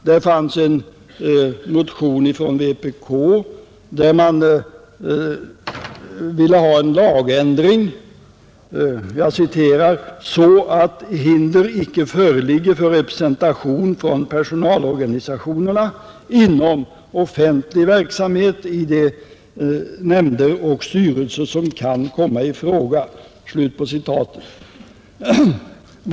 Det fanns en motion från vpk, där man ville ha en lagändring ”så att hinder icke föreligger för representation från personalorganisationerna inom offentlig verksamhet i de nämnder och styrelser som kan komma i fråga”.